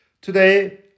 today